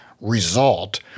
result